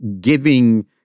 giving